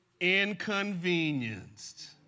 inconvenienced